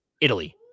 Italy